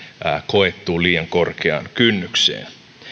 koettuun liian korkeaan kynnykseen